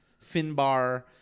Finbar